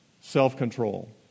self-control